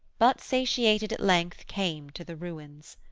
but satiated at length came to the ruins.